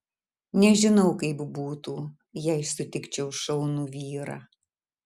nežinau kaip būtų jei sutikčiau šaunų vyrą